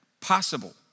possible